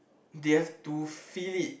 they have to feel it